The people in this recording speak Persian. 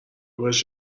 بهش